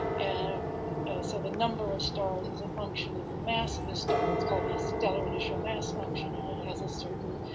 and so the number of stars is a function of the mass of the star. it's called the stellar initial mass function, and and it has a certain